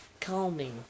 calming